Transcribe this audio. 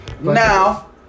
Now